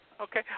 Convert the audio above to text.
Okay